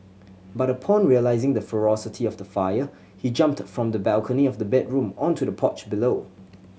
but upon realising the ferocity of the fire he jumped from the balcony of the bedroom onto the porch below